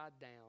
down